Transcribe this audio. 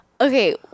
Okay